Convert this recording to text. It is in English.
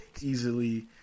easily